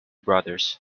brothers